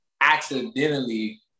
accidentally